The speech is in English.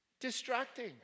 Distracting